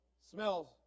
smells